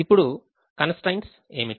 ఇప్పుడు constraints ఏమిటి